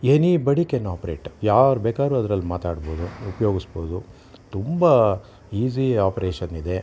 anybody can operate ಯಾರು ಬೇಕಾದ್ರು ಅದ್ರಲ್ಲಿ ಮಾತಾಡ್ಬೋದು ಉಪಯೋಗಿಸ್ಬೋದು ತುಂಬ ಈಸಿ ಆಪ್ರೇಷನ್ ಇದೆ